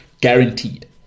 guaranteed